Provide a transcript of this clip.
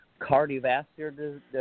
cardiovascular